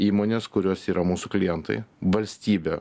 įmonės kurios yra mūsų klientai valstybė